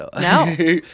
No